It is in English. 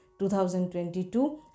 2022